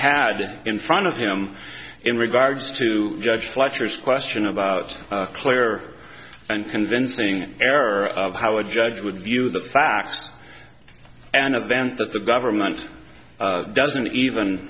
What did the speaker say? had in front of him in regards to judge fletcher's question about clear and convincing error of how a judge would view the facts and events that the government doesn't even